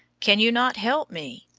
can you not help me?